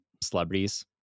celebrities